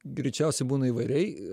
greičiausiai būna įvairiai